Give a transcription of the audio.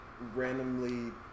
randomly